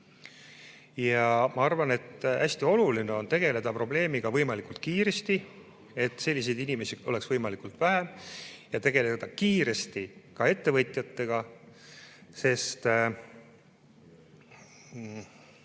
Ma arvan, et hästi oluline on tegeleda probleemiga võimalikult kiiresti, et selliseid inimesi oleks võimalikult vähe. Ka tuleb kiiresti tegeleda ettevõtjatega. Sest